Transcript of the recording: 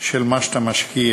של מה שאתה משקיע,